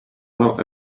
now